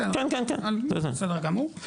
בסדר גמור.